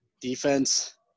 defense